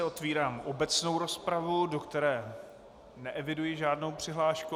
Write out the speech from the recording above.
Otvírám obecnou rozpravu, do které neeviduji žádnou přihlášku.